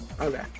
Okay